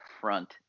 front